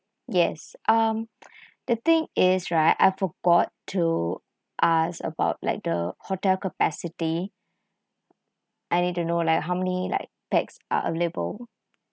yes um the thing is right I forgot to ask about like the hotel capacity I need to know like how many like pax are available